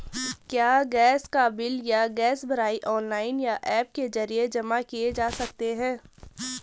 क्या गैस का बिल या गैस भराई ऑनलाइन या ऐप के जरिये जमा किये जा सकते हैं?